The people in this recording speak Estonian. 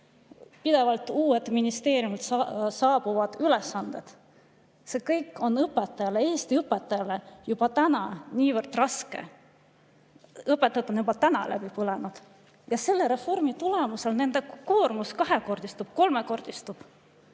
pidevalt uued ministeeriumilt saabuvad ülesanded – see kõik on õpetajale, eesti õpetajale juba täna niivõrd raske. Õpetajad on juba läbi põlenud ja selle reformi tulemusena nende koormus kahekordistub või kolmekordistub,